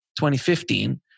2015